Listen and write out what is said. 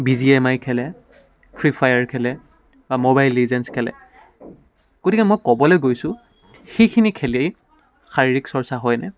B G M I খেলে Free Fire খেলে বা ম'বাইল লিজেঞ্চ খেলে গতিকে মই ক'বলৈ গৈছোঁ সেইখিনি খেলেই শাৰীৰিক চৰ্চা হয়নে